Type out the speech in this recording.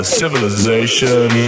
civilization